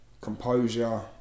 composure